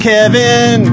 Kevin